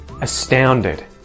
astounded